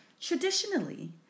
Traditionally